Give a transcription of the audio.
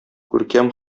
күркәм